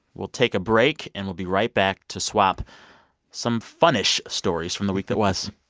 we'll take a break. and we'll be right back to swap some fun-ish stories from the week that was